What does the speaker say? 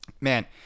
man